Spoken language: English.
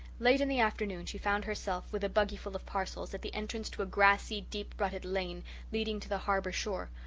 late in the afternoon she found herself, with a buggy full of parcels, at the entrance to a grassy, deep-rutted lane leading to the harbour shore,